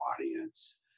audience